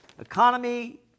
Economy